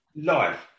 life